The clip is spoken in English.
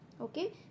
Okay